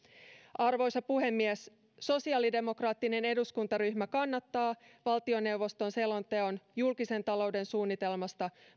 arvoisa puhemies sosiaalidemokraattinen eduskuntaryhmä kannattaa valtioneuvoston selonteon julkisen talouden suunnitelmasta